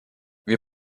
wir